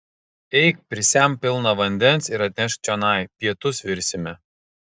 eik prisemk pilną vandens ir atnešk čionai pietus virsime